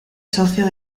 socio